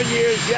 years